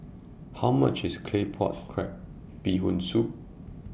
How much IS Claypot Crab Bee Hoon Soup